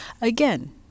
Again